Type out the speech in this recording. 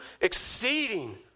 exceeding